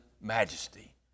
majesty